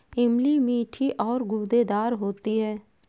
इमली मीठी और गूदेदार होती है